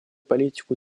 политику